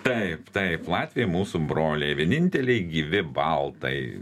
taip taip latviai mūsų broliai vieninteliai gyvi baltai